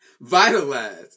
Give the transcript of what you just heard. vitalized